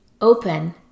open